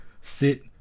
sit